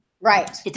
Right